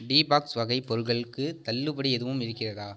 tea bags வகை பொருட்களுக்கு தள்ளுபடி எதுவும் இருக்கிறதா